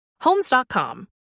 Homes.com